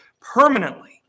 permanently